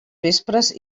vespres